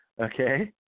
okay